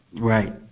Right